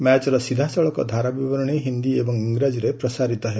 ମ୍ୟାଚ୍ର ସିଧାସଳଖ ଧାରାବିବରଣୀ ହିନ୍ଦୀ ଏବଂ ଇଂରାଜୀରେ ପ୍ରସାରିତ ହେବ